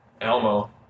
Elmo